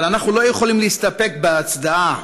אבל אנחנו לא יכולים להסתפק בהצדעה,